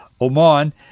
Oman